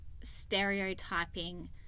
stereotyping